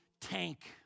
tank